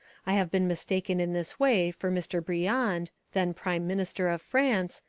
i have been mistaken in this way for mr. briand, then prime minister of france,